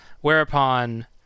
whereupon